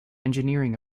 engineering